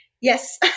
Yes